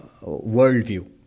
worldview